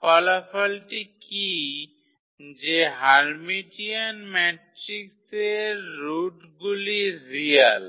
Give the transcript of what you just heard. ফলাফলটি কী যে হার্মিটিয়ান ম্যাট্রিক্সের রুটগুলি রিয়াল